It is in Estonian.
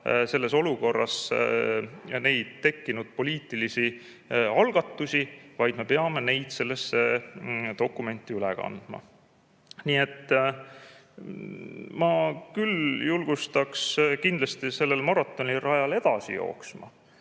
selles olukorras neid tekkinud poliitilisi algatusi, vaid me peame neid sellesse dokumenti üle kandma. Nii et mina küll julgustaks kindlasti sellel maratonirajal edasi jooksma.